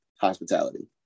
hospitality